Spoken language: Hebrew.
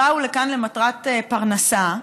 שבאו לכאן למטרת פרנסה?